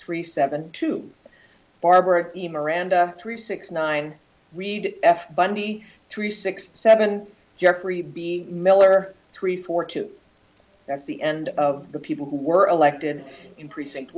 three seven two barbara theme or end three six nine read f bundy three six seven geoffrey b miller three four two that's the end of the people who were elected in precinct